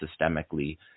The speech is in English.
systemically